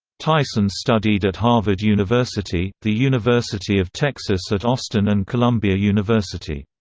tyson studied at harvard university, the university of texas at austin and columbia university.